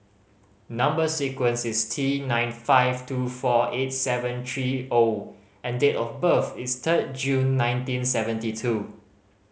number sequence is T nine five two four eight seven three O and date of birth is third June nineteen seventy two